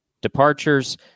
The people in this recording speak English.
departures